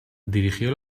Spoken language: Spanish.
dirigió